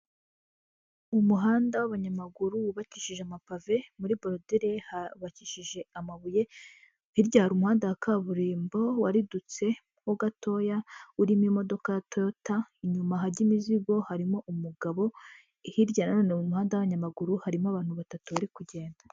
Umuhanda w'abanyamaguru wubakishije amapave, muri borudire hubakishije amabuye. Hirya hari umuhanda wa kaburimbo waridutse ho gatoya urimo imodoka ya toyota, inyuma hajya imizigo, harimo umugabo hirya na none mu muhanda w'abanyamaguru harimo abantu batatu bari kugenda.